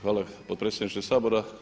Hvala potpredsjedniče Sabora.